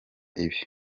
ibi